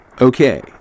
Okay